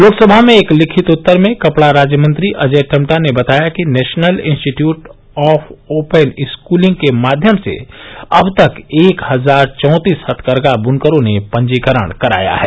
लोकसभा में एक लिखित उत्तर में कपड़ा राज्य मंत्री अजय टमटा ने बताया कि national institute of open schooling के माध्यम से अब तक एक हजार चौंतीस हथकरघा बुनकरों ने पंजीकरण कराया है